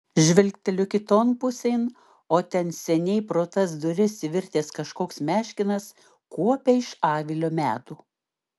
žvilgteliu kiton pusėn o ten seniai pro tas duris įvirtęs kažkoks meškinas kuopia iš avilio medų